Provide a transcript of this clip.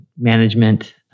management